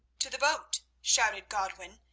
to the boat! shouted godwin,